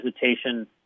hesitation